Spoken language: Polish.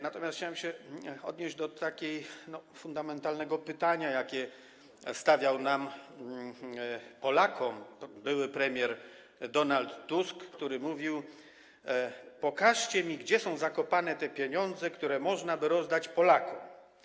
Natomiast chciałem się odnieść do fundamentalnego pytania, jakie stawiał nam, Polakom, były premier Donald Tusk, który mówił: Pokażcie mi, gdzie są zakopane te pieniądze, które można by rozdać Polakom.